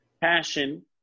Passion